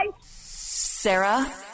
Sarah